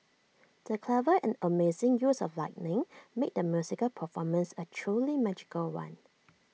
the clever and amazing use of lighting made the musical performance A truly magical one